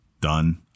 done